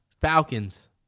Falcons